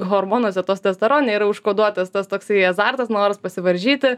hormonuose testosterone yra užkoduotas tas toksai azartas noras pasivaržyti